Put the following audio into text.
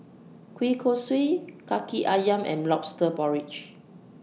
Kueh Kosui Kaki Ayam and Lobster Porridge